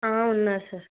ఉన్నారు సార్